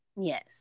Yes